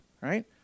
right